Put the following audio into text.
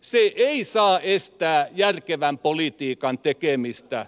se ei saa estää järkevän politiikan tekemistä